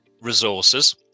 resources